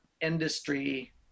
industry